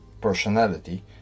personality